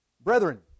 Brethren